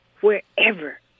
wherever